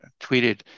tweeted